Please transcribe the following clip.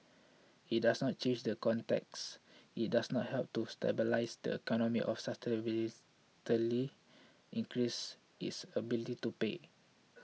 it doesn't change the context it doesn't help to stabilise the economy or substantially increase its ability to pay